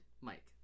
mike